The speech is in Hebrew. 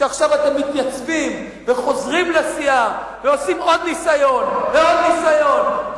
ועכשיו אתם מתייצבים וחוזרים לסיעה ועושים עוד ניסיון ועוד ניסיון,